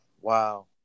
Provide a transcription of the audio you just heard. Wow